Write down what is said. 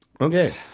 Okay